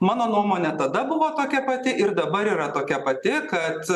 mano nuomone tada buvo tokia pati ir dabar yra tokia pati kad